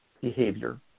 behavior